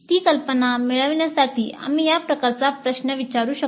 ती कल्पना मिळविण्यासाठी आम्ही या प्रकारचा प्रश्न विचारू शकतो